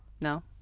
no